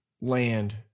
land